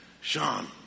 Sean